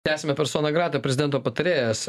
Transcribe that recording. tęsiame persona grata prezidento patarėjas